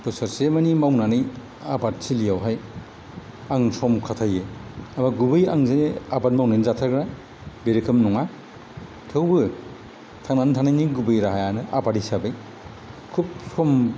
बोसोरसे मानि मावनानै आबादथिलियावहाय आं सम खाथायो एबा गुबै आं जे आबाद मावनानै जाथारग्रा बे रोखोम नङा थेवबो थांनानै थानायनि गुबै राहायानो आबाद हिसाबै खुब खम